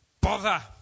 bother